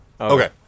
Okay